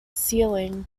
sealing